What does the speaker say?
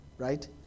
Right